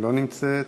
לא נמצאת,